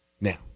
Now